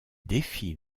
défie